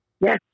Yes